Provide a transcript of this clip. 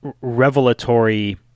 revelatory